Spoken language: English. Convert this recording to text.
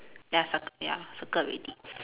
ya circ~ ya circle already